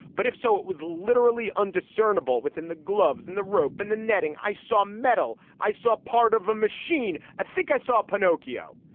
but if so, it was literally undiscerning all within the gloves and the rope and the netting. i saw metal. i saw part of a machine. i think i saw pinocchio.